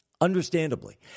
Understandably